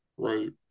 Right